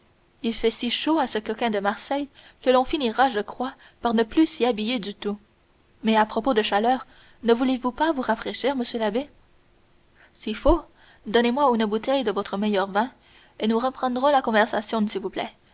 il fait si chaud à ce coquin de marseille que l'on finira je crois par ne plus s'y habiller du tout mais à propos de chaleur ne voulez-vous pas vous rafraîchir monsieur l'abbé si fait donnez-moi une bouteille de votre meilleur vin et nous reprendrons la conversation s'il vous plaît